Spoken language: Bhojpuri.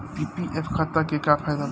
पी.पी.एफ खाता के का फायदा बा?